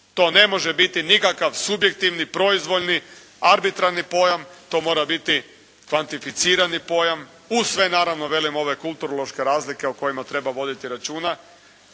To ne može biti nikakav subjektivni, proizvoljni, arbitrarni pojam. To mora biti kvantificirani pojam, uz sve naravno velim ove kulturološke razlike o kojima treba voditi računa.